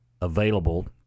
available